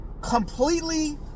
completely